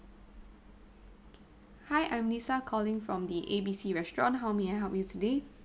hi I'm lisa calling from the A B C restaurant how may I help you today